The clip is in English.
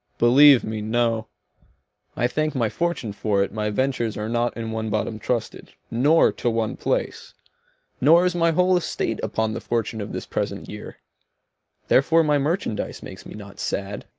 believe me, no i thank my fortune for it, my ventures are not in one bottom trusted, nor to one place nor is my whole estate upon the fortune of this present year therefore my merchandise makes me not sad.